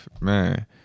man